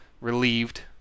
relieved